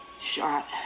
shot